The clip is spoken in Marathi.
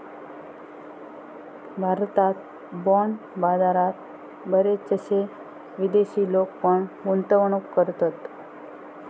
भारतात बाँड बाजारात बरेचशे विदेशी लोक पण गुंतवणूक करतत